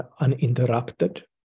uninterrupted